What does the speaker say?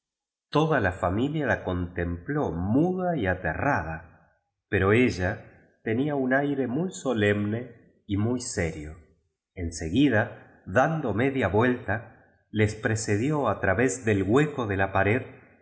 toda la familia lacontempló muda y ate rrad pero ella tenía mi aire muy solemne v muy serio en seguida fiando media vuelta ies pre cedió través del hueco de la pared